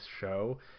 show